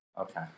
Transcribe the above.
Okay